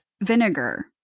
vinegar